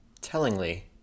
Tellingly